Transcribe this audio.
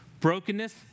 brokenness